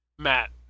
Matt